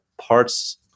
parts